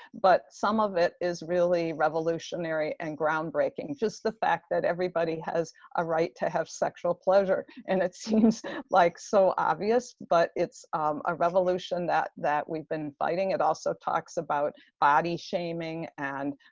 but some of it is really revolutionary and groundbreaking. just the fact that everybody has a right to have sexual pleasure and it seems like so obvious but it's a revolution that that we've been fighting. it also talks about body shaming and,